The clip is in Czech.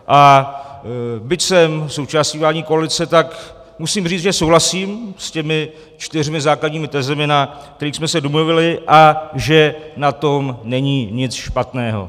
A byť jsem součástí vládní koalice, tak musím říct, že souhlasím s těmi čtyřmi základními tezemi, na kterých jsme se domluvili, a že na tom není nic špatného.